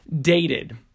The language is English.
dated